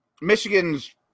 Michigan's